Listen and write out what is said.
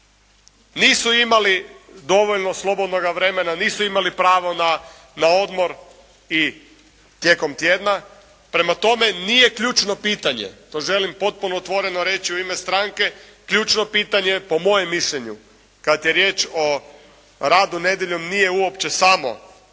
nisu imali dovoljno slobodnoga vremena, nisu imali pravo na odmor i tijekom tjedna. Prema tome nije ključno pitanje, to želim potpuno i otvoreno reći u ime stranke, ključno pitanje je po mojem mišljenju kad je riječ o radu nedjeljom nije uopće samo rad